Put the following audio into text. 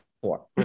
four